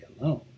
alone